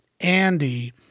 Andy